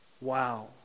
Wow